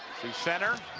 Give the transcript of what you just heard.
sioux center,